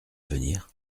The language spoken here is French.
venir